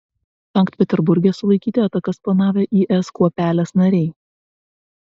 sankt peterburge sulaikyti atakas planavę is kuopelės nariai